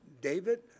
David